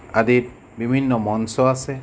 আদিত বিভিন্ন মঞ্চ আছে